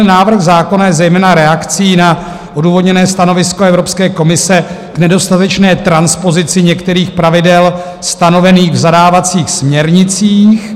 Návrh zákona je zejména reakcí na odůvodněné stanovisko Evropské komise k nedostatečné transpozici některých pravidel stanovených v zadávacích směrnicích.